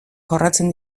jorratzen